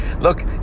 Look